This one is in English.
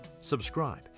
subscribe